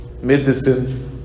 medicine